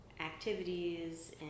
activities